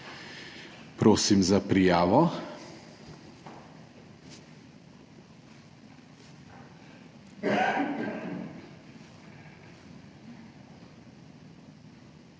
prosim za prijavo.